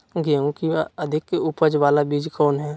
गेंहू की अधिक उपज बाला बीज कौन हैं?